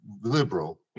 liberal